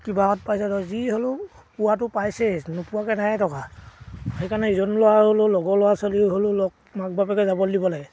কিবাহত পাইছে ধৰ যি হ'লেও পোৱাটো পাইছেই নোপোৱাকে নায়ে থকা সেইকাৰণে ইজন ল'ৰা হ'লেও লগৰ ল'ৰা ছোৱালীও হ'লেও লগ মাক বাপেকে যাবলৈ দিব লাগে